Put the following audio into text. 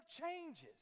changes